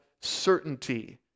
certainty